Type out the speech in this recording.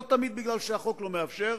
לא תמיד מכיוון שהחוק לא מאפשר,